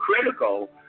critical